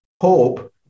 hope